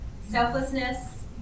selflessness